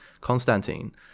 Constantine